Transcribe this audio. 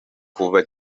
kuva